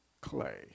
clay